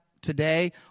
today